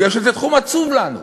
כי זה תחום עצוב לנו.